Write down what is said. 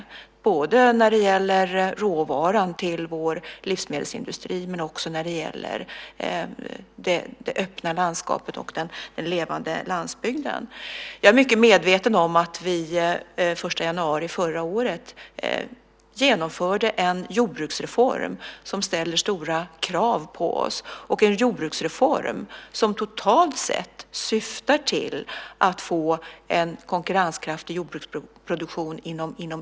Det gäller råvaran till vår livsmedelsindustri men också det öppna landskapet och den levande landsbygden. Jag är mycket medveten om att vi den 1 januari förra året genomförde en jordbruksreform som ställer stora krav på oss. Det är en jordbruksreform som totalt sett syftar till att få en konkurrenskraftig jordbruksproduktion inom EU.